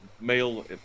male